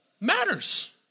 matters